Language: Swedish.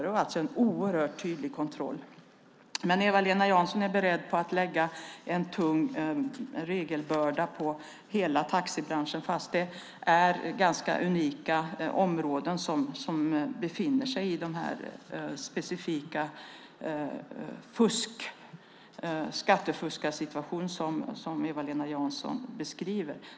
Det är alltså en oerhört tydlig kontroll. Eva-Lena Jansson är dock beredd att lägga en tung regelbörda på hela taxibranschen trots att det är ganska unika områden som befinner sig i den specifika skattefuskarsituation som Eva-Lena Jansson beskriver.